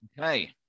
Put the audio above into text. Okay